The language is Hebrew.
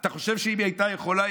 אתה חושב שאם היא הייתה יכולה היא